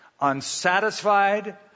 unsatisfied